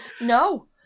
No